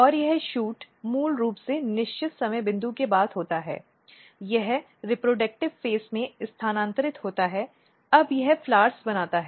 और यह शूट मूल रूप से निश्चित समय बिंदु के बाद होता है यह प्रजनन चरण में स्थानांतरित होता है अब यह फूल बनाता है